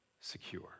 Secure